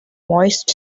moist